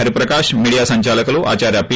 Hariprakash media సందాలకులు ఆదార్య P